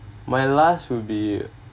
my last will be